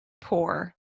poor